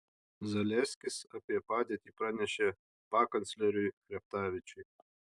zaleskis apie padėtį pranešė pakancleriui chreptavičiui